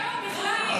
לא.